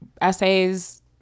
essays